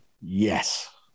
Yes